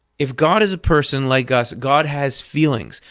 if god is a person, like us, god has feelings.